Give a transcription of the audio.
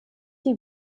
die